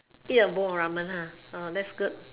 ya bowl of ramen that's good